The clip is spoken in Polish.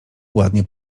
ładnie